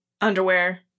Underwear